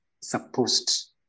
supposed